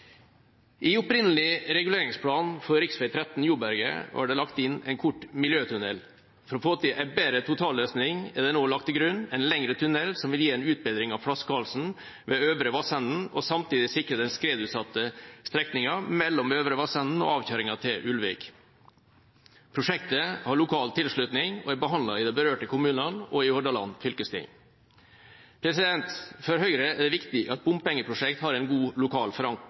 I opprinnelig reguleringsplan for rv. 13 Joberget var det lagt inn en kort miljøtunnel. For å få til en bedre totalløsning er det nå lagt til grunn en lengre tunnel som vil gi en utbedring av flaskehalsen ved Øvre Vassenden, og samtidig sikre den skredutsatte strekningen mellom Øvre Vassenden og avkjøringen til Ulvik. Prosjektet har lokal tilslutning og er behandlet i de berørte kommunene og i Hordaland fylkesting. For Høyre er det viktig at bompengeprosjekter har god lokal